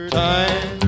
time